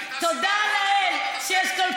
לפסטיבל האדום בשדרות?